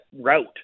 route